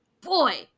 boy